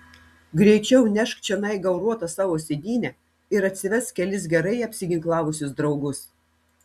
greičiau nešk čionai gauruotą savo sėdynę ir atsivesk kelis gerai apsiginklavusius draugus